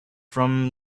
from